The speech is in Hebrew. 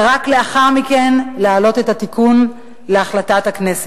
ורק לאחר מכן להעלות את התיקון להחלטת הכנסת.